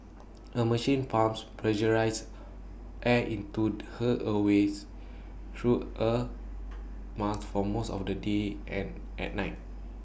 A machine pumps pressurised air into her airways through A mask for most of the day and at night